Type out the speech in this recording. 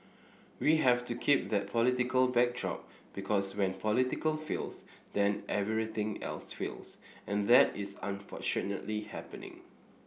we have to keep that political backdrop because when politics fails then everything else fails and that is unfortunately happening